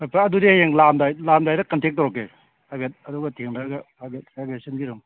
ꯑꯣ ꯐꯔꯦ ꯑꯗꯨꯗꯤ ꯍꯌꯦꯡ ꯂꯥꯛꯑꯝꯗꯥꯢ ꯂꯥꯛꯑꯝꯗꯥꯢꯗ ꯀꯟꯇꯦꯛ ꯇꯧꯔꯛꯀꯦ ꯍꯥꯏꯐꯦꯠ ꯑꯗꯨꯒ ꯊꯦꯡꯅꯔꯒ ꯍꯥꯏꯐꯦꯠ ꯁꯤꯟꯕꯤꯔꯝꯃꯣ